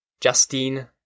Justine